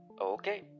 Okay